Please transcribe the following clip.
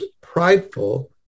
prideful